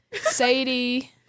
Sadie